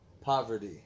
poverty